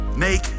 Make